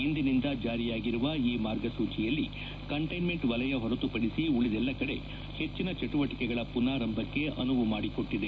ಇಂದಿನಿಂದ ಜಾರಿಯಾಗಿರುವ ಈ ಮಾರ್ಗಸೂಚಿಯಲ್ಲಿ ಕಂಟ್ಟಿನ್ಲೆಂಟ್ ವಲಯ ಹೊರತುಪಡಿಸಿ ಉಳಿದೆಲ್ಲ ಕಕಡೆ ಹೆಚ್ಚಿನ ಚಟುವಟಿಕೆಗಳ ಪುನಾರಂಭಕ್ಕೆ ಅನುವು ಮಾಡಿಕೊಟ್ಟಿದೆ